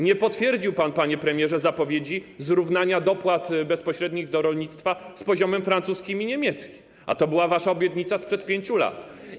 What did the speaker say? Nie potwierdził pan, panie premierze, zapowiedzi zrównania dopłat bezpośrednich do rolnictwa z poziomem francuskim i niemieckim, a to była wasza obietnica sprzed 5 lat.